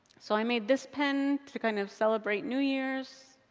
so i made this pen, to kind of celebrate new year's.